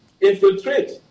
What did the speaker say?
infiltrate